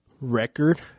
Record